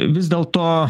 vis dėlto